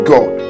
God